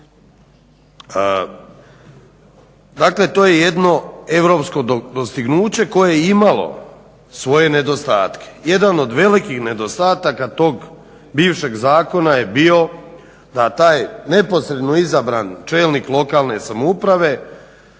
Dakle, to je jedno europsko dostignuće koje je imalo svoje nedostatke. Jedan od velikih nedostataka tog bivšeg zakona je bio da taj neposredno izabran čelnik lokalne samouprave